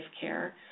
care